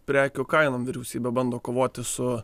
prekių kainom vyriausybė bando kovoti su